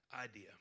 idea